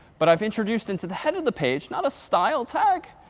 but i've introduced into the head of the page not a style tag,